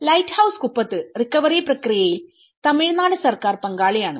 lighthouse കുപ്പത്ത് recovery പ്രക്രിയയിൽ തമിഴ്നാട് സർക്കാർ പങ്കാളിയാണ്